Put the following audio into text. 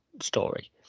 story